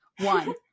one